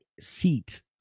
seat